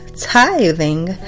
tithing